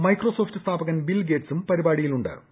Microsoft സ്ഥാപകൻ Bill ഗേറ്റ്സും പരിപാടിയിൽ പങ്കെടുത്തു